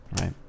Right